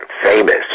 famous